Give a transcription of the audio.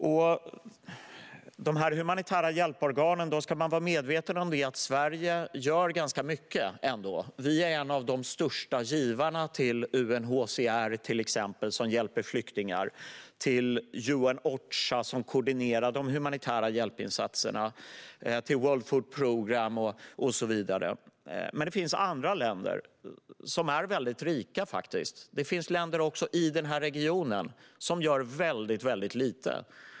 När det gäller de humanitära hjälporganen ska man vara medveten om att Sverige ändå gör ganska mycket. Vi är en av de största givarna till exempelvis UNHCR, som hjälper flyktingar, till Ocha, som koordinerar de humanitära hjälpinsatserna, och till World Food Programme med flera. Men det finns andra länder som är rika, också i Mellanösternregionen, och som gör väldigt lite.